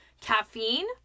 caffeine